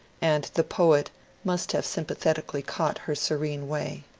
and the poet must have sympathetically caught her serene way.